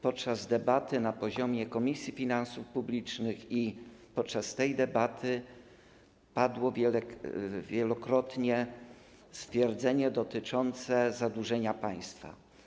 Podczas debaty na poziomie Komisji Finansów Publicznych i podczas tej debaty padło wielokrotnie stwierdzenie dotyczące zadłużenia państwa.